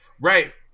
Right